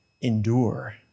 endure